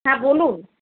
হ্যাঁ বলুন